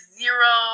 zero